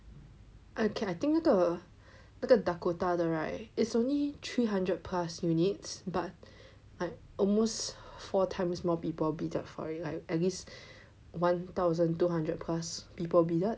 ok I think 那个那个 Dakota 的 right it's only three hundred plus units but like almost four times more people bidded for it like at least one thousand two hundred plus people bidded